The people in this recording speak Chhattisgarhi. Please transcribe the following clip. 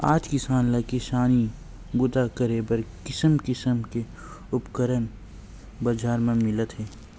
आज किसान ल किसानी बूता करे बर किसम किसम के उपकरन बजार म मिलत हे